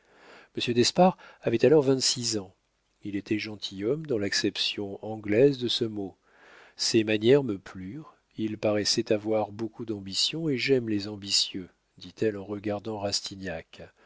monsieur d'espard avait alors vingt-six ans il était gentilhomme dans l'acception anglaise de ce mot ses manières me plurent il paraissait avoir beaucoup d'ambition et j'aime les ambitieux dit-elle en regardant